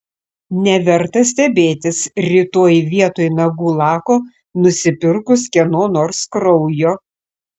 neverta stebėtis rytoj vietoj nagų lako nusipirkus kieno nors kraujo